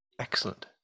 Excellent